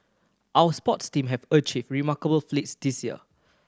our sports team have achieved remarkable feats this year